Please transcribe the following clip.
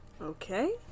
Okay